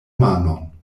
manon